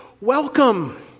Welcome